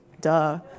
Duh